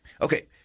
Okay